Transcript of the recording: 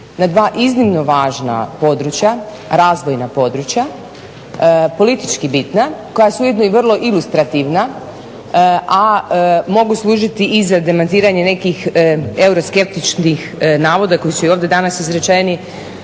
na dva iznimno važna područja, razvojna područja politički bitna koja su ujedno i vrlo ilustrativna, a mogu služiti i za demantiranje nekih euroskeptičnih navoda koji su i ovdje danas izrečeni